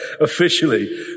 officially